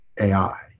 AI